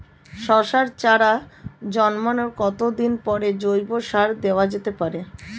শশার চারা জন্মানোর কতদিন পরে জৈবিক সার দেওয়া যেতে পারে?